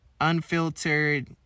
unfiltered